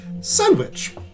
sandwich